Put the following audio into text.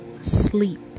sleep